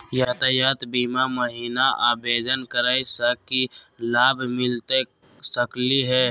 यातायात बीमा महिना आवेदन करै स की लाभ मिलता सकली हे?